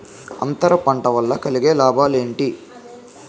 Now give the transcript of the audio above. అంతర పంట వల్ల కలిగే లాభాలు ఏంటి